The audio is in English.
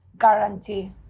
guarantee